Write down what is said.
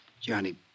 Johnny